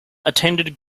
attended